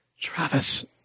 Travis